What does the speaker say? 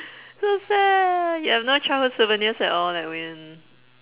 so sad you have no childhood souvenirs at all edwin